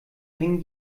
hängen